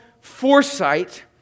foresight